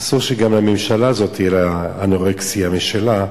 אסור שגם לממשלה הזו, תהיה לה אנורקסיה משלה.